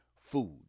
food